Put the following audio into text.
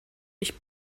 ich